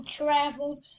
traveled